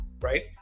Right